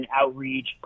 outreach